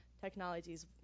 technologies